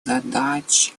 задач